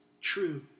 true